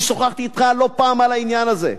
כי שוחחתי אתך לא פעם על העניין הזה,